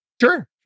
Sure